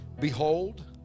Behold